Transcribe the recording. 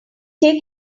take